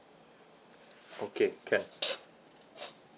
okay can